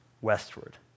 westward